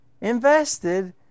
invested